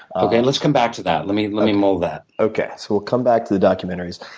okay, let's come back to that. let me let me mull that. okay. so we'll come back to the documentaries.